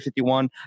51